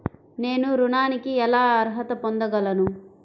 నేను ఋణానికి ఎలా అర్హత పొందగలను?